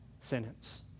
sentence